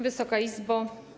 Wysoka Izbo!